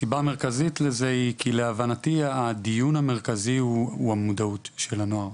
הסיבה המרכזית לזה היא כי להבנתי הדיון המרכזי הוא המודעות של הנוער,